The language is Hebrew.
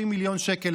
90 מיליון שקל,